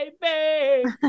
baby